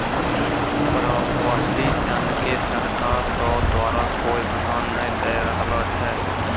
प्रवासी जन के सरकार रो द्वारा कोय ध्यान नै दैय रहलो छै